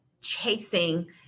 chasing